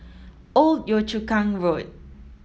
Old Yio Chu Kang Road